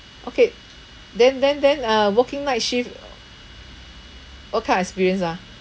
okay then then then uh working night shift what kind of experience ah